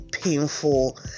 painful